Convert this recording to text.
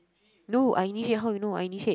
no I initiate how you know I initiate